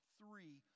three